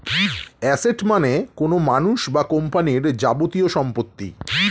asset মানে কোনো মানুষ বা কোম্পানির যাবতীয় সম্পত্তি